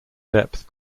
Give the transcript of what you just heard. depth